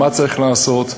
מה צריך לעשות,